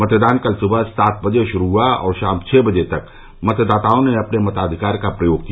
मतदान कल सुबह सात बजे शुरू हुआ और शाम छह बजे तक मतदाताओं ने अपने मताधिकार का प्रयोग किया